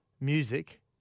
music